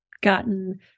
gotten